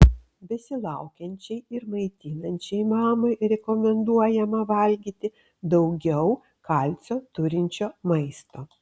besilaukiančiai ir maitinančiai mamai rekomenduojama valgyti daugiau kalcio turinčio maisto